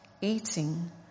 eating